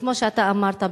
כמו שאתה אמרת,